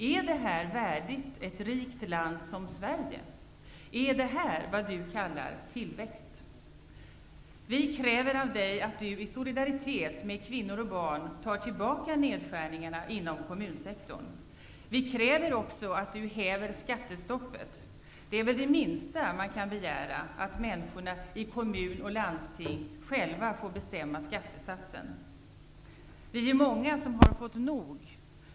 Är detta värdigt ett rikt land som Sverige? Är detta vad du kallar tillväxt? Vi kräver av dig att du i solidaritet med kvinnor och barn tar tillbaka nedskärningarna inom kommunsektorn. Vi kräver också att du häver skattestoppet. Det är väl det minsta man kan begära att människorna i kommun och landsting själva får bestämma skattesatsen. Vi är många som har fått nog.